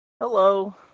Hello